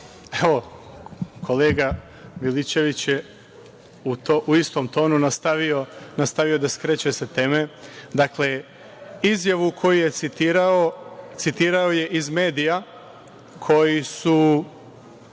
Milićević je u istom tonu nastavio da skreće sa teme. Dakle, izjavu koju je citirao, citirao je iz medija koji su